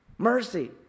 Mercy